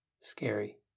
scary